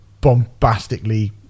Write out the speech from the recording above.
bombastically